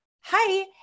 hi